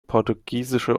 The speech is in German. portugiesische